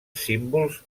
símbols